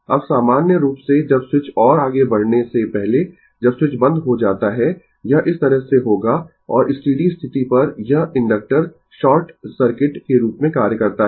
अब सामान्य रूप से जब स्विच और आगें बढ़ने से पहले जब स्विच बंद हो जाता है यह इस तरह से होगा और स्टीडी स्थिति पर यह इंडक्टर शॉर्ट सर्किट के रूप में कार्य करता है